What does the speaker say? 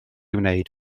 wneud